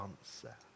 answer